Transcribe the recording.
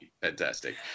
fantastic